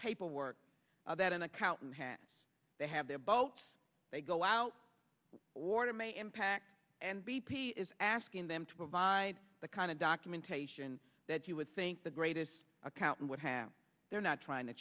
paperwork that an accountant has they have their boats they go out order may impact and b p is asking them to provide the kind of documentation that you would think the greatest accountant would have they're not trying to